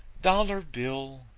dollar bill,